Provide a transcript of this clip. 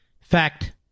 fact